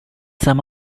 some